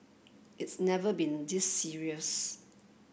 it's never been this serious